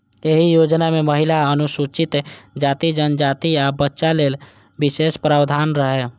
एहि योजना मे महिला, अनुसूचित जाति, जनजाति, आ बच्चा लेल विशेष प्रावधान रहै